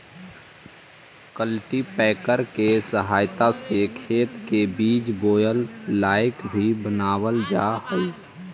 cultipacker के सहायता से खेत के बीज बोए लायक भी बनावल जा हई